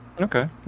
Okay